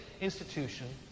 institution